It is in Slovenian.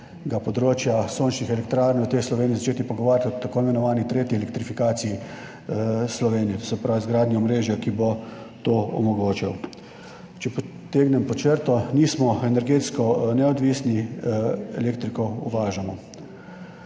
področja sončnih elektrarn v Sloveniji začeti pogovarjati o tako imenovani tretji elektrifikaciji Slovenije, to se pravi o izgradnji omrežja, ki bo to omogočalo. Če potegnem pod črto, nismo energetsko neodvisni, elektriko uvažamo.